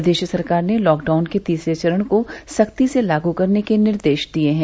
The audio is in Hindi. प्रदेश सरकार ने लॉकडाउन के तीसरे चरण को सख्ती से लागू करने के निर्देश दिए हैं